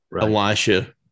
Elisha